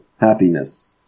happiness